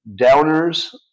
downers